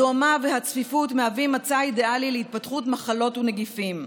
הזוהמה והצפיפות מהווים מצע אידיאלי להתפתחות מחלות ונגיפים.